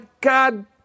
God